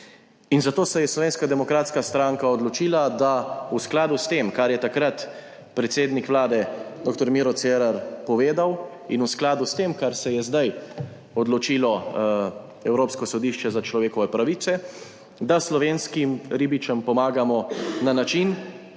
In zato se je Slovenska demokratska stranka odločila, da v skladu s tem, kar je takratni predsednik vlade dr. Miro Cerar povedal, in v skladu s tem, kar se je zdaj odločilo Evropsko sodišče za človekove pravice, da slovenskim ribičem pomagamo na način,